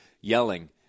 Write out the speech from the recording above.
yelling